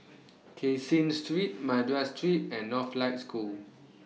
Caseen Street Madras Street and Northlight School